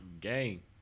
Game